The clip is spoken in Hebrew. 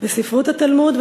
בספרות התלמוד,